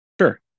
Sure